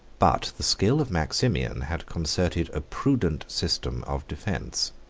but the skill of maximian had concerted a prudent system of defence.